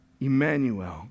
Emmanuel